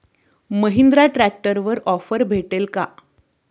महिंद्रा ट्रॅक्टरवर ऑफर भेटेल का?